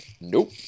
nope